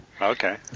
okay